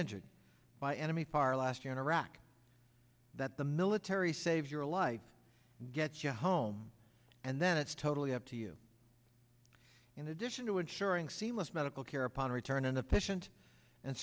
injured by enemy fire last year in iraq that the military saves your life gets you home and then it's totally up to you in addition to ensuring seamless medical care upon return an efficient and